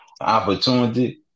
opportunity